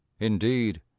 indeed